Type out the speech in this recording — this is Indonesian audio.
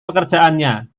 pekerjaannya